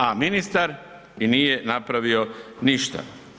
A ministar nije napravio ništa.